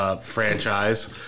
Franchise